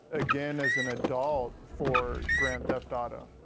again, as an adult, for grand theft auto.